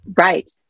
Right